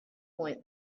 point